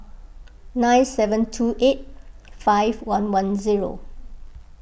nine seven two eight five one one zero